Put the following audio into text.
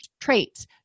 traits